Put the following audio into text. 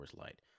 Light